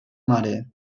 mare